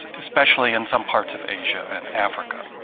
especially in some parts of asia and africa.